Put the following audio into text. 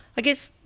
i guess,